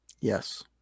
Yes